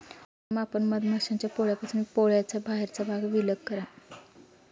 प्रथम आपण मधमाश्यांच्या पोळ्यापासून पोळ्याचा बाहेरचा भाग विलग करा